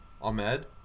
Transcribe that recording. Ahmed